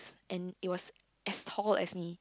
and it was as tall as me